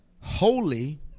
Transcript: holy